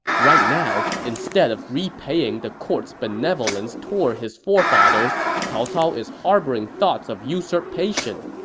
right now, instead of repaying the court's benevolence toward his forefathers, cao cao is harboring thoughts of usurpation.